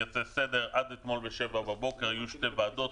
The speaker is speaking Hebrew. עד אתמול ב-07:00 בבוקר היו שתי ועדות,